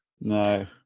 No